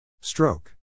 Stroke